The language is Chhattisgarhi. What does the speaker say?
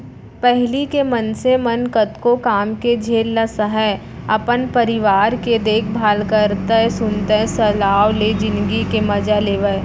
पहिली के मनसे मन कतको काम के झेल ल सहयँ, अपन परिवार के देखभाल करतए सुनता सलाव ले जिनगी के मजा लेवयँ